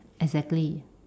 exactly